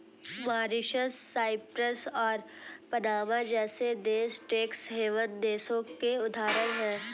Mauritius, Cyprus और Panama जैसे देश टैक्स हैवन देशों के उदाहरण है